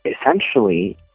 essentially